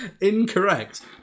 incorrect